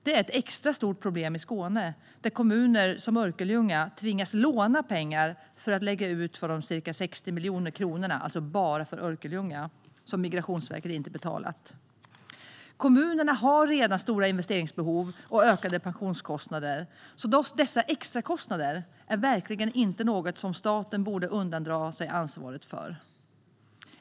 Det är ett extra stort problem i Skåne, där kommuner som Örkelljunga tvingas låna pengar för att lägga ut de ca 60 miljoner kronor som Migrationsverket inte betalat - och det är alltså bara för Örkelljunga. Kommunerna har redan stora investeringsbehov och ökade pensionskostnader, så dessa extra kostnader är verkligen inte något som staten borde undandra sig ansvaret för.